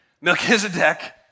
Melchizedek